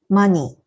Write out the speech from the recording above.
money